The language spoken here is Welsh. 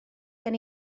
gen